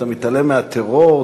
אתה מתעלם מהטרור,